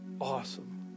Awesome